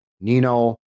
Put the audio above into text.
Nino